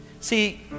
see